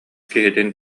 киһитин